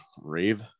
Rave